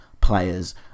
players